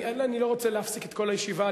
אני לא רוצה להפסיק את כל הישיבה.